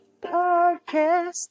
podcast